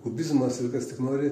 kubizmas ir kas tik nori